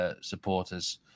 supporters